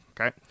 okay